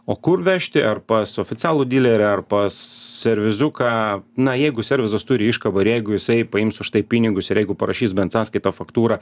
o kur vežti ar pas oficialų dilerį ar pas serviziuką na jeigu servisas turi iškabą ir jeigu jisai paims už tai pinigus ir jeigu parašys bent sąskaitą faktūrą